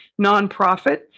nonprofit